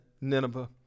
Nineveh